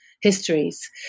histories